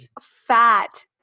fat